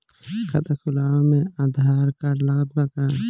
खाता खुलावे म आधार कार्ड लागत बा का?